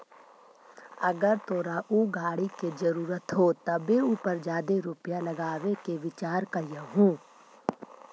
अगर तोरा ऊ गाड़ी के जरूरत हो तबे उ पर जादे रुपईया लगाबे के विचार करीयहूं